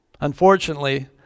Unfortunately